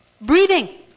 breathing